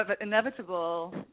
inevitable